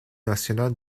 nationale